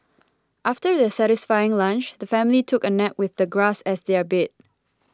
after their satisfying lunch the family took a nap with the grass as their bed